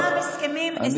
גם אותם הסכמים ג'נטלמניים,